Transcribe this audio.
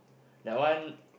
that one